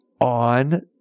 on